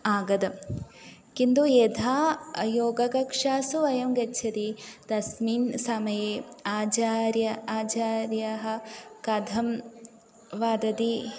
आगतं किन्तु यदा योगकक्षासु वयं गच्छति तस्मिन् समये आचार्यः आचार्याः कथं वदति